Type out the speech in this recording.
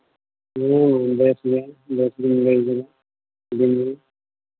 ᱦᱩᱸ ᱵᱮᱹᱥ ᱜᱮ ᱵᱮᱹᱥ ᱜᱮᱢ ᱞᱟᱹᱭᱟᱫᱤᱧᱟ ᱟᱹᱰᱤ ᱢᱚᱡᱽ